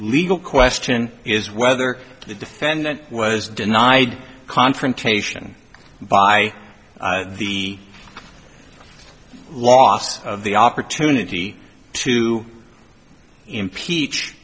legal question is whether the defendant was denied confrontation by the loss of the opportunity to impeach